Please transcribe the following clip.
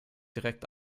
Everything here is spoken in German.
direkt